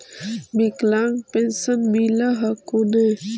विकलांग पेन्शन मिल हको ने?